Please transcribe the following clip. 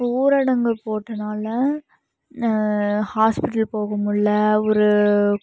ஊரடங்கு போட்டனால் ஹாஸ்பிடல் போக முடில்ல ஒரு